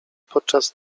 podczas